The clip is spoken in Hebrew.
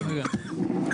תודה רבה.